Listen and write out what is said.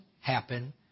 happen